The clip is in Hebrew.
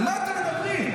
על מה אתם מדברים?